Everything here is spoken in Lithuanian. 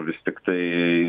vis tiktai